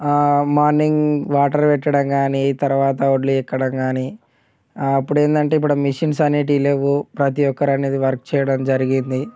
morning water పెట్టడం కానీ తర్వాత వడ్లు ఎక్కడం కానీ అప్పుడు ఏంటంటే ఇప్పుడు మిషన్స్ అనేవి లేవు ప్రతి ఒక్కరు అనేది వర్క్ చేయడం జరిగింది